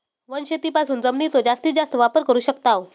वनशेतीपासून जमिनीचो जास्तीस जास्त वापर करू शकताव